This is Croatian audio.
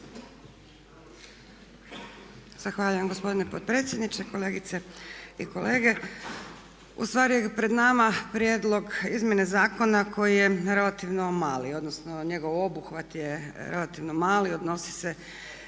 Zahvaljujem gospodine potpredsjedniče, kolegice i kolege. Ustvari pred nama prijedlog, izmjene zakona koji je relativno mali odnosno njegov obuhvat je relativno mali, odnosi se